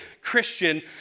Christian